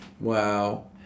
Wow